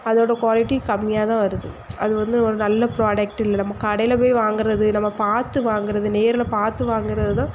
அதோட குவாலிட்டி கம்மியாக தான் வருது அது வந்து ஒரு நல்ல ப்ராடக்ட் இல்லை நம்ம கடையில் போய் வாங்குறது நம்ம பார்த்து வாங்குறது நேரில் பார்த்து வாங்குறது தான்